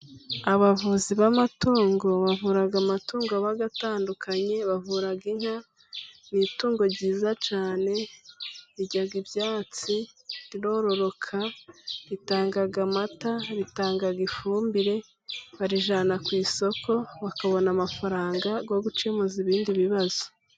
Abavuzi b'amatungo bavura amatungo aba atandukanye bavura inka. Ni itungo ryiza cyane rirya ibyatsi, rirororoka, ritanga amata, ritanga ifumbire, barijyana ku isoko bakabona amafaranga yo gukemuza ibindi bibazo.